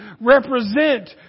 represent